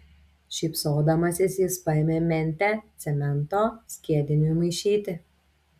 šypsodamasis jis paėmė mentę cemento skiediniui maišyti